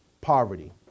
poverty